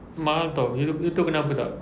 mahal [tau] you tahu kenapa tak